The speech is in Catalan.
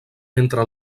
entre